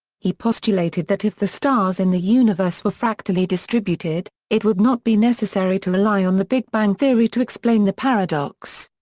he postulated that if the stars in the universe were fractally distributed, it would not be necessary to rely on the big bang theory to explain the paradox.